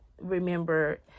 remember